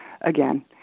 again